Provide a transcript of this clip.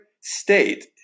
state